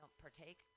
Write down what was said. partake